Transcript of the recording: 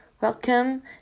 welcome